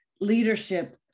leadership